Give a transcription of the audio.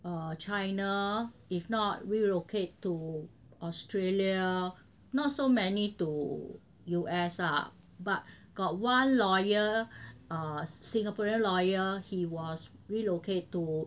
err China if not relocate to Australia not so many to U_S ah but got one lawyer err singaporean lawyer he was relocated to